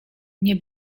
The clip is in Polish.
nie